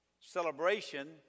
celebration